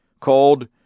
called